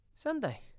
Sunday